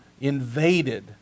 invaded